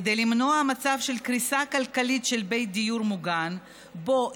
כדי למנוע מצב של קריסה כלכלית של בית דיור מוגן שבו